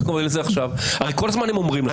חבר הכנסת יואב סגלוביץ',